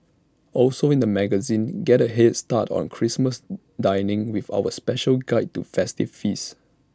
also in the magazine get A Head start on Christmas dining with our special guide to festive feasts